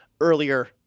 earlier